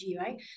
right